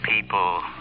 people